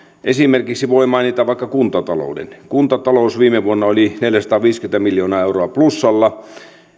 esimerkiksi voi mainita vaikka kuntatalouden kuntatalous viime vuonna oli neljäsataaviisikymmentä miljoonaa euroa plussalla